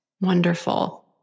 Wonderful